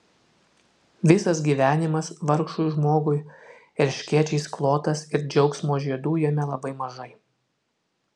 visas gyvenimas vargšui žmogui erškėčiais klotas ir džiaugsmo žiedų jame labai mažai